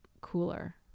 cooler